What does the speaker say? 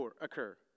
occur